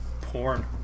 porn